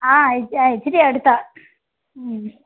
ആ അയക്കാം ഇച്ചിരി അടുത്താ മ്മ്